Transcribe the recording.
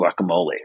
guacamole